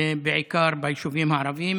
בעיקר ביישובים הערביים.